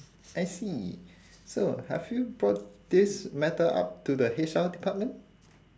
I see so have you brought this matter up to the H_R department